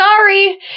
sorry